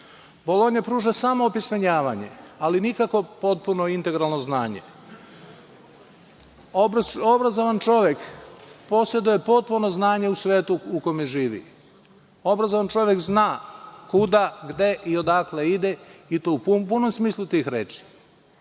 pruža samo opismenjavanje, ali nikakvo integralno znanje. Obrazovan čovek poseduje potpuno znanje u svetu u kome živi. Obrazovan čovek zna kuda, gde i odakle ide, i to u punom smislu tih reči.